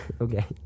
Okay